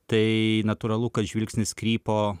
tai natūralu kad žvilgsnis krypo